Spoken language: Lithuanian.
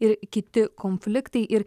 ir kiti konfliktai ir